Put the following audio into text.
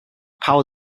power